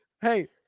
hey